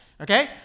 okay